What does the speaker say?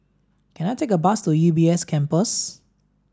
can I take a bus to U B S Campus